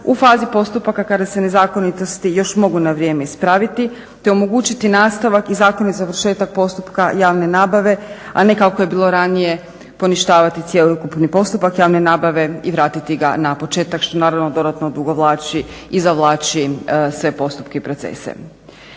u fazi postupaka kada se nezakonitosti još mogu na vrijeme ispraviti te omogućiti nastavak i zakonit završetak postupka javne nabave, a ne kako je bilo ranije poništavati cjelokupni postupak javne nabave i vratiti ga na početak što naravno dodatno odugovlači i zavlači sve postupke i procese.